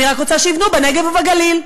אני רק רוצה שיבנו בנגב ובגליל.